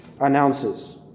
announces